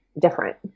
different